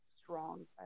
strong